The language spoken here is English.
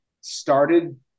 started